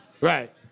Right